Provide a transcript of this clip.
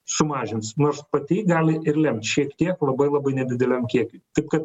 sumažins nors pati gali ir lemt šiek tiek labai labai nedideliam kiekiui taip kad